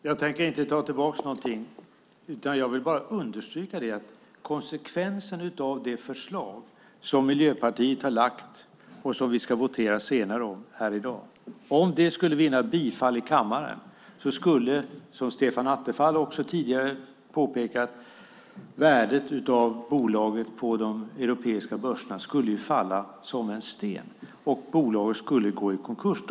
Herr talman! Jag tänker inte ta tillbaka någonting. Jag vill bara understryka att om det förslag som Miljöpartiet har lagt fram och som vi ska votera om senare i dag skulle vinna bifall i kammaren, som Stefan Attefall tidigare påpekat, skulle konsekvensen bli att värdet på bolaget faller som en sten på de europeiska börserna och bolaget går i konkurs.